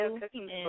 cooking